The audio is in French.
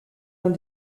uns